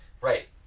Right